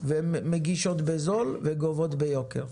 והן מגישות בזול וגובות ביוקר.